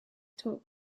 talk